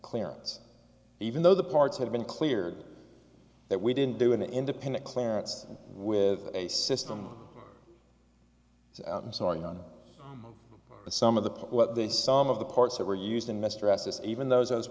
clearance even though the parts had been cleared that we didn't do an independent clarence with a system and so on but some of the what they some of the parts that were used in mr s s even those